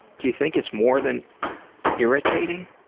do you think it's more than irritating,